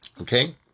Okay